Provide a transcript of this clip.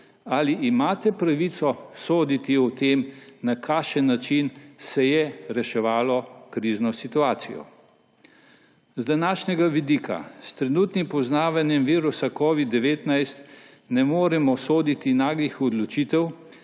ali imate pravico soditi o tem, na kakšen način se je reševala krizna situacija? Z današnjega vidika, s trenutnim poznavanjem virusa covid-19 ne moremo soditi naglih odločitev,